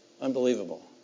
Unbelievable